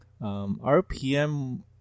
RPM